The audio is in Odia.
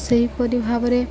ସେହିପରି ଭାବରେ